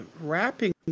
wrapping